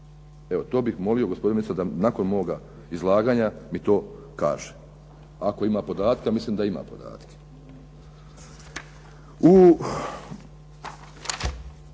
Evo to bih molio gospodina ministra da nakon moga izlaganja mi to kaže ako ima podatke, a mislim da ima podatke.